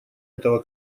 этого